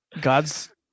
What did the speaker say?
God's